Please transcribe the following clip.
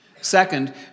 Second